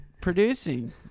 producing